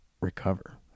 recover